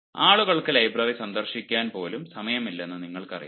ഇപ്പോൾ ആളുകൾക്ക് ലൈബ്രറികൾ സന്ദർശിക്കാൻ പോലും സമയമില്ലെന്ന് നിങ്ങൾക്കറിയാം